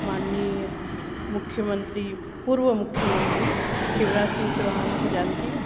माननीय मुख्यमन्त्री पूर्व मुख्यमन्त्री शिवराज सिंह चौहान को जानती हूँ